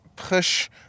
push